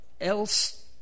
else